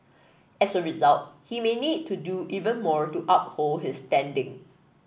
as a result he may need to do even more to uphold his standing